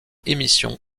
émission